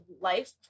life